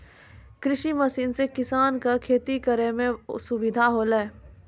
कृषि मसीन सें किसान क खेती करै में सुविधा होलय